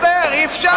אי-אפשר כך.